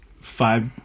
five